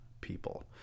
people